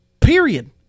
Period